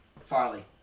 Farley